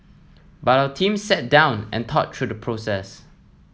but our team sat down and thought through the process